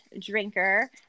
drinker